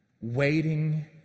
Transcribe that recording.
waiting